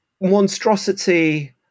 monstrosity